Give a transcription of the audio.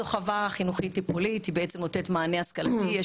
זו חווה חינוכית טיפולית היא בעצם נותנת מענה השכלתי,